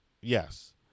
Yes